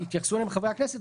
שיתייחסו אליהן חברי הכנסת,